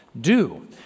do